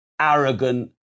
arrogant